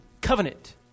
covenant